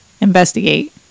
investigate